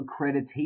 accreditation